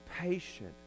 patient